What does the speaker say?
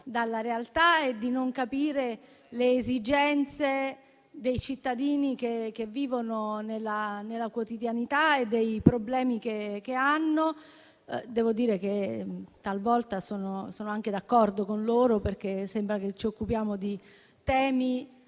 dalla realtà, di non capire le esigenze che i cittadini vivono nella quotidianità e i problemi che hanno. Devo dire che talvolta sono anche d'accordo con loro, perché sembra che ci occupiamo di temi